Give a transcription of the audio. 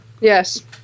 Yes